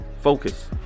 Focus